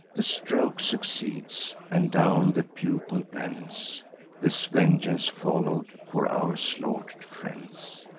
the stroke succeeds and down the pupil bends this vengeance follow'd for our slaughter'd friends.